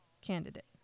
candidate